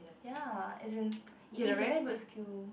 ya as in it is a very good skill